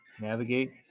Navigate